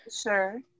sure